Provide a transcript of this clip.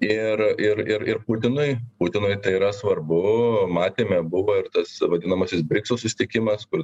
ir ir ir ir putinui putinui tai yra svarbu matėme buvo ir tas vadinamasis briksų susitikimas kur